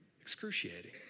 excruciating